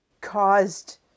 caused